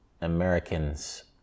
Americans